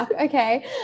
Okay